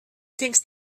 thinks